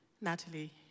Natalie